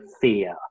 fear